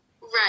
right